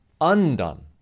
undone